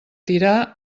tirar